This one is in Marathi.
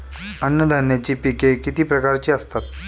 अन्नधान्याची पिके किती प्रकारची असतात?